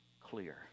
clear